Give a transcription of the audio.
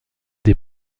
des